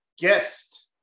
guest